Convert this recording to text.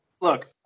look